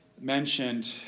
mentioned